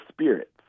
spirits